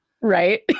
Right